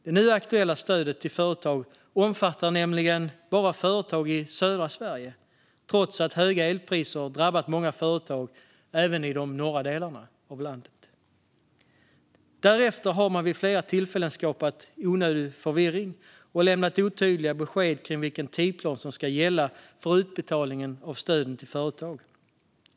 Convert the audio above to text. Det nu aktuella stödet till företag omfattar nämligen bara företag i södra Sverige, trots att höga elpriser har drabbat många företag även i de norra delarna av landet. Därefter har man vid flera tillfällen skapat onödig förvirring och lämnat otydliga besked om vilken tidsplan som ska gälla för utbetalningen av stöden till företag.